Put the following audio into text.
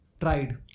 tried